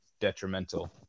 detrimental